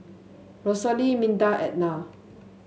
Rosalia Minda Etna